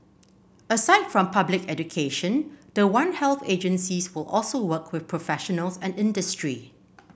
aside from public education the one health agencies will also work with professionals and industry